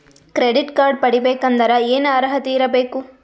Credit card ಪಡಿಬೇಕಂದರ ಏನ ಅರ್ಹತಿ ಇರಬೇಕು?